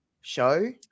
show